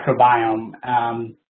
microbiome